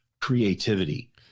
creativity